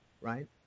right